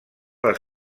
les